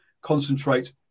concentrate